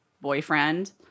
boyfriend